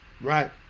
right